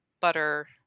butter